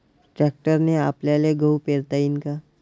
ट्रॅक्टरने आपल्याले गहू पेरता येईन का?